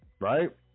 right